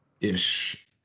Ish